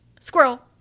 squirrel